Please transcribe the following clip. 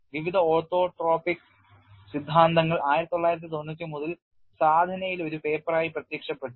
വിവിധ photo orthotropic സിദ്ധാന്തങ്ങൾ 1993 ൽ sadhana യിൽ ഒരു പേപ്പറായി പ്രത്യക്ഷപ്പെട്ടു